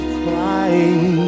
crying